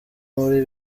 muri